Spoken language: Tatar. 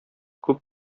күп